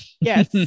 Yes